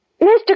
Mr